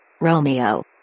Romeo